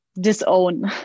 disown